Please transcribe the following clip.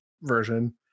version